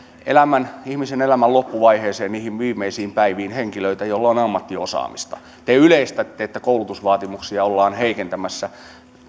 ihmisen elämän loppuvaiheeseen niihin viimeisiin päiviin henkilöitä joilla on on ammattiosaamista te yleistätte että koulutusvaatimuksia ollaan heikentämässä